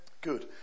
Good